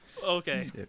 Okay